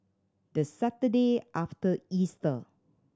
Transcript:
the Saturday after Easter